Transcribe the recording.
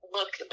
look